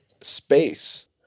space